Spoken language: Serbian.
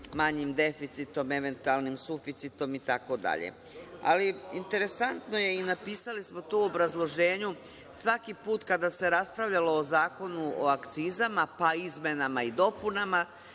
manjim deficitom, eventualnim suficitom itd. Interesantno je i napisali smo to u obrazloženju. Svaki put kada se raspravljalo o Zakonu o akcizama, pa izmenama i dopunama